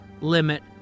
limit